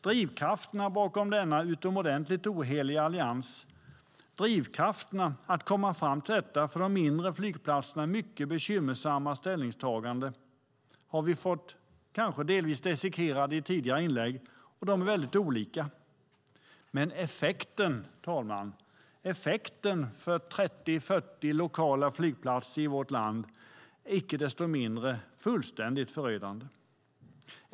Drivkrafterna bakom denna oheliga allians att komma fram till detta för de mindre flygplatserna mycket bekymmersamma ställningstagande har vi kanske fått delvis dissekerade i tidigare inlägg, och de är väldigt olika, men effekten för 30-40 lokala flygplatser i vårt land är icke desto mindre fullständigt förödande.